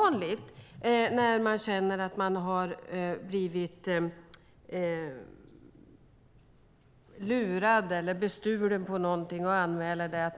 När man känner att man har blivit lurad eller bestulen på någonting och anmäler det är